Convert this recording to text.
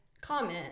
comment